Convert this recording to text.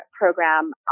program